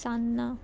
सान्नां